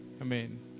Amen